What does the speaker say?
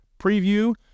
preview